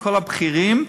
כל הבכירים,